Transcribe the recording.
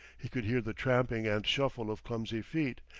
he could hear the tramping and shuffle of clumsy feet,